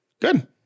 Good